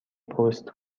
پست